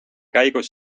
käigus